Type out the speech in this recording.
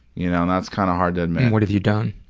you know and that's kind of hard to admit. and what have you done?